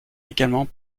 également